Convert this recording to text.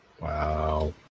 Wow